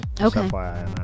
Okay